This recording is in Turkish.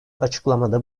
açıklamada